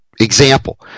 Example